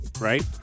right